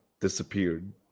disappeared